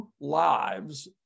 lives